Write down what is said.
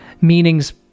meanings